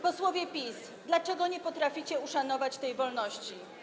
Posłowie PiS, dlaczego nie potraficie uszanować tej wolności?